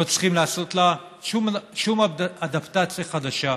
לא צריכים לעשות לה שום אדפטציה חדשה.